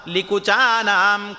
Likuchanam